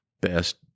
best